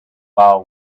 vow